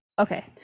Okay